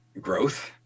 growth